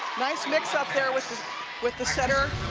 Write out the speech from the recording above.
nice mix up there with with the center,